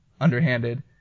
underhanded